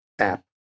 app